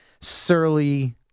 surly